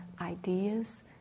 ideas